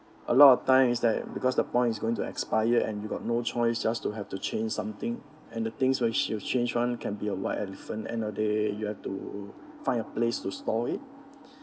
a lot of time is that because the point is going to expire and you got no choice just to have to change something and the things where she change one can be a white elephant end of the day you have to find a place to store it